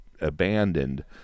abandoned